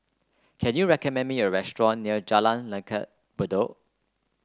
can you recommend me a restaurant near Jalan Langgar Bedok